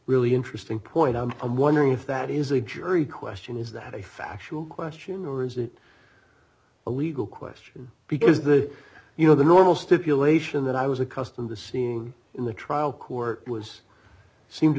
really interesting point and i'm wondering if that is a jury question is that a factual question or is it a legal question because the you know the normal stipulation that i was accustomed to seeing in the trial court was seemed to